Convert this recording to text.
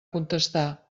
contestar